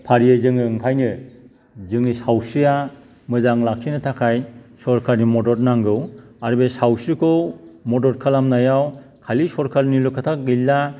फारियै जोङो ओंखायनो जोंनि सावस्रिया मोजां लाखिनो थाखाय सरकारनि मदद नांगौ आरो बे सावस्रिखौ मदद खालामनायाव खालि सरकारनिल' खोथा गैला